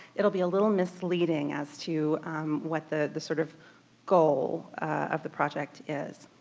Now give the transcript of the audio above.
it'll be a little misleading as to what the the sort of goal of the project is.